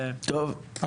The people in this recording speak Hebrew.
טוב.